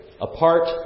apart